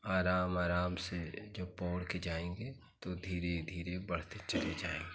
आराम आराम से जो पौढ़ के जाएंगे तो धीरे धीरे बढ़ते चले जाएंगे